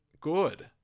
good